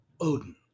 Odin